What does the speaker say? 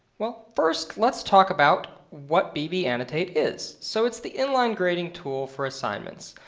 well first let's talk about what bb annotate is. so it's the inline grading tool for assignments.